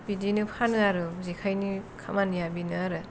बिदिनो फानो आरो जेखाइनि खामानिया बेनो आरो